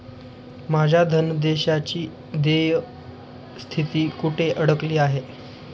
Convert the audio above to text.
माझ्या धनादेशाची देय स्थिती कुठे अडकली आहे?